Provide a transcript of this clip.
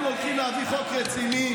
אנחנו הולכים להביא חוק רציני,